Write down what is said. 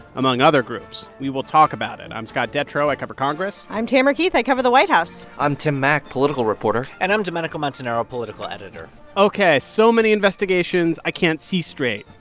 among other groups. we will talk about it. i'm scott detrow. i cover congress i'm tamara keith. i cover the white house i'm tim mak, political reporter and i'm domenico montanaro, political editor ok. so many investigations i can't see straight.